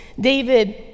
David